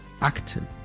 Acting